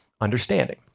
understanding